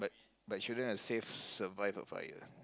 like shouldn't have save survive a fire